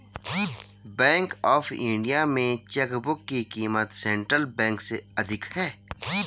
bank of India में chequebook की क़ीमत सेंट्रल बैंक से अधिक है